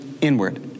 inward